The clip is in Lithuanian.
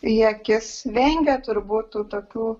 į akis vengia turbūt tų tokių